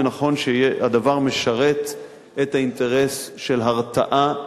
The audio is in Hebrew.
לנכון שהדבר משרת את האינטרס של הרתעה,